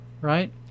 Right